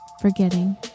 forgetting